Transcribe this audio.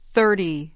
Thirty